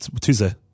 Tuesday